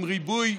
עם ריבוי